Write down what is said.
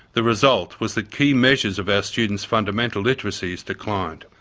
the result was that key measures of our students' fundamental literacies declined.